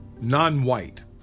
Non-white